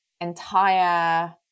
entire